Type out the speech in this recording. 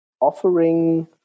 offering